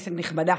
כנסת נכבדה,